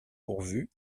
pourvu